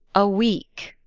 a week.